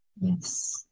yes